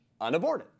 unaborted